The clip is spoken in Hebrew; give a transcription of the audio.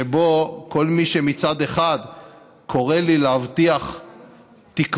שבו כל מי שמצד אחד קורא לי להבטיח תקווה,